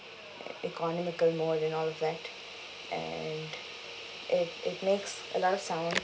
economical mode and all of that and it it makes a lot sound